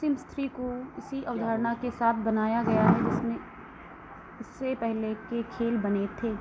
CIMS three को उसी अवधारणा के साथ बनाया गया है जिसमें इससे पहले के खेल बने थे